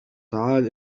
تعال